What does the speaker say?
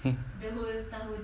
hmm